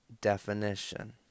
definition